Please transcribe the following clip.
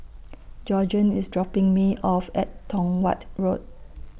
Georgeann IS dropping Me off At Tong Watt Road